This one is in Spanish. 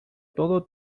todo